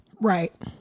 Right